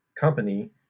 company